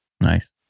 Nice